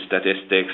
statistics